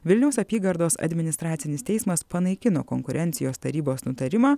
vilniaus apygardos administracinis teismas panaikino konkurencijos tarybos nutarimą